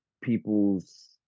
people's